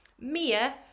mia